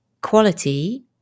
quality